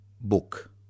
book